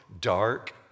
dark